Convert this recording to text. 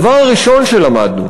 הדבר הראשון שלמדנו